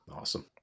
Awesome